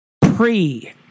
Pre